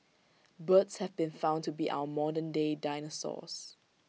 birds have been found to be our modernday dinosaurs